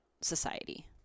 society